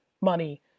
money